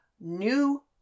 new